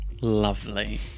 Lovely